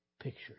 picture